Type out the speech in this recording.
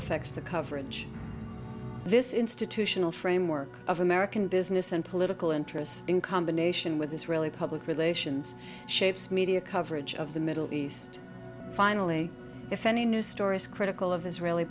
effects the coverage this institutional framework of american business and political interests in combination with the israeli public relations shapes media coverage of the middle east finally if any news stories critical of israeli